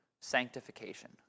Sanctification